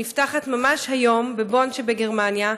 שנפתחת ממש היום בבון שבגרמניה,